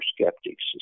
skeptics